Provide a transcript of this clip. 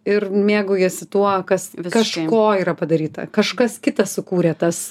ir mėgaujiesi tuo kas kažko yra padaryta kažkas kitas sukūrė tas